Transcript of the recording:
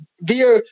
via